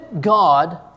God